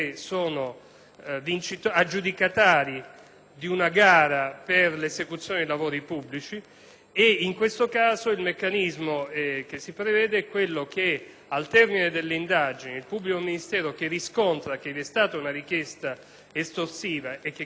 di una gara per l'esecuzione di lavori pubblici. In questo caso il meccanismo previsto è che al termine delle indagini il pubblico ministero che riscontra che vi è stata una richiesta estorsiva e che quest'ultima non è stata denunciata, rivolge